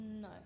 No